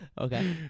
Okay